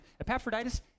Epaphroditus